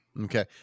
Okay